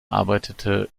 arbeitete